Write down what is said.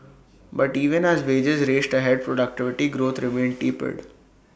but even as wages raced ahead productivity growth remained tepid